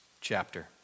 chapter